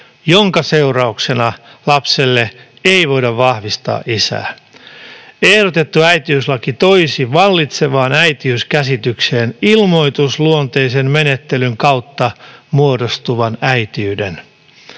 minkä seurauksena lapselle ei voida vahvistaa isää. Ehdotettu äitiyslaki toisi vallitsevaan äitiyskäsitykseen ilmoitusluonteisen menettelyn kautta muodostuvan äitiyden.